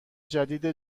جدید